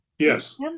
Yes